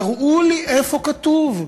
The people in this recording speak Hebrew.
תראו לי איפה כתוב,